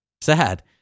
sad